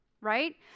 right